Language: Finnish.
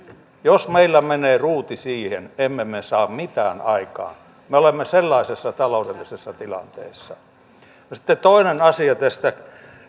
jos meillä menee ruuti siihen emme me saa mitään aikaan me olemme sellaisessa taloudellisessa tilanteessa no sitten toinen asia tästä